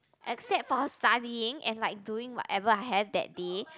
except for her studying and like doing whatever I have that day